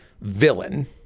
villain